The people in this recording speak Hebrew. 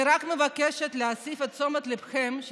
אני רק מבקשת להסב את תשומת ליבכם לכך